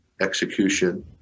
execution